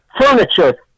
Furniture